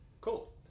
Cool